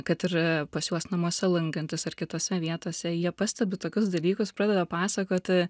kad ir pas juos namuose lankantis ar kitose vietose jie pastebi tokius dalykus pradeda pasakoti